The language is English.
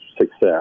success